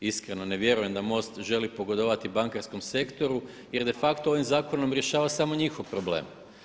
Iskreno ne vjerujem da MOST želi pogodovati bankarskom sektoru jer de facto ovim zakonom rješava samo njihov problem.